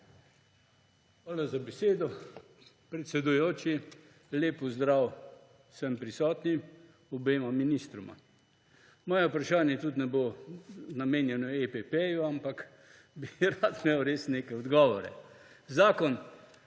Hvala za besedo, predsedujoči. Lep pozdrav vsem prisotnim, obema ministroma! Moje vprašanje tudi ne bo namenjeno EPP-ju, ampak bi res rad imel neke odgovore. Zakon,